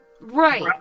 Right